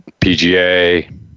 PGA